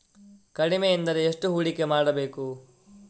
ಕಡಿಮೆ ಎಂದರೆ ಎಷ್ಟು ಹೂಡಿಕೆ ಮಾಡಬೇಕು?